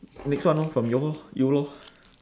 next one orh from your you lor